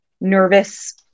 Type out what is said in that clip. nervous